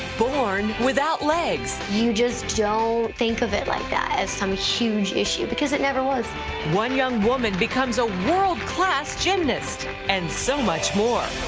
born without legs. you just don't think of it like that, as some huge issue, because it never was. wendy one young woman becomes a world-clas gymnast and so much more.